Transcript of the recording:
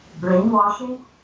brainwashing